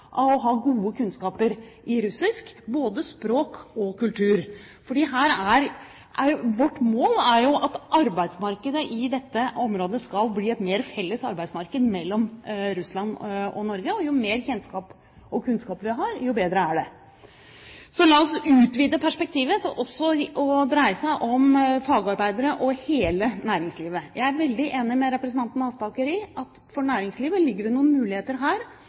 av å ha gode kunnskaper i russisk språk og kultur. For vårt mål er jo at det i dette området skal bli et mer felles arbeidsmarked mellom Russland og Norge, og jo mer kjennskap og kunnskap vi har, jo bedre er det. Så la oss utvide perspektivet til også å dreie seg om fagarbeidere og hele næringslivet. Jeg er veldig enig med representanten Aspaker i at for næringslivet ligger det noen muligheter her